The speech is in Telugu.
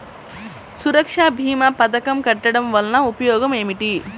సురక్ష భీమా పథకం కట్టడం వలన ఉపయోగం ఏమిటి?